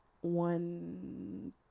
One